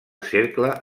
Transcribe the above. cercle